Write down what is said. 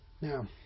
now